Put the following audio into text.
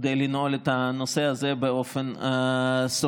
כדי לנעול את הנושא הזה באופן סופי.